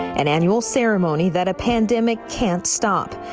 an annual ceremony that a pandemic can stop,